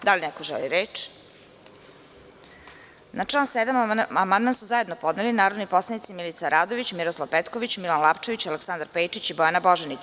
Da li neko želi reč? (Ne) Na član 7. amandman su zajedno podneli narodni poslanici Milica Radović, Miroslav Petković, Milan Lapčević, Aleksandar Pejčić i Bojana Božanić.